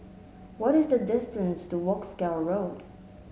what is the distance to Wolskel Road